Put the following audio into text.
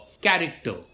character